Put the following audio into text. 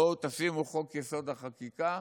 בואו תשימו חוק-יסוד: החקיקה,